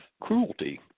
cruelty